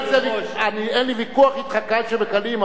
אין לי ויכוח אתך קל שבקלים,